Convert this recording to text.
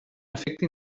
efecte